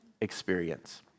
experience